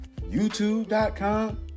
youtube.com